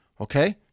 Okay